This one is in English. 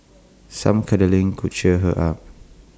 some cuddling could cheer her up